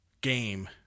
game